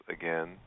again